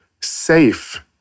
safe